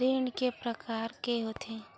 ऋण के प्रकार के होथे?